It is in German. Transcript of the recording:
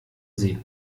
sie